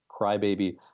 crybaby